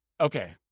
okay